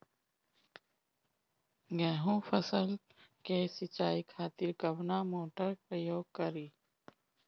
गेहूं फसल के सिंचाई खातिर कवना मोटर के प्रयोग करी?